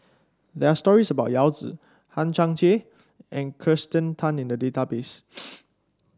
there are stories about Yao Zi Hang Chang Chieh and Kirsten Tan in the database